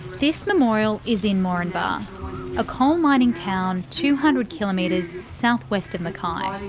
this memorial is in moranbah a coal mining town two hundred kilometres south west of mackay.